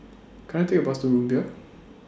Can I Take A Bus to Rumbia